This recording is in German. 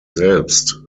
selbst